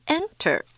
enter